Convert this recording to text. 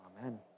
Amen